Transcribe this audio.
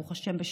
ברוך השם,